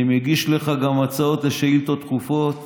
אני מגיש לך גם הצעות לשאילתות דחופות,